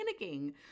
panicking